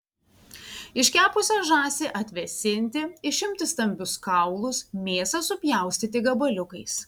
iškepusią žąsį atvėsinti išimti stambius kaulus mėsą supjaustyti gabaliukais